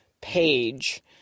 page